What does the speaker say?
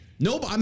Nope